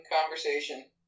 conversation